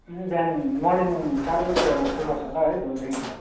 अँ बिहान मर्निङ चारबजीतिर उठ्नुपर्छ होला है भोलिदेखि त